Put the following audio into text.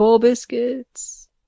biscuits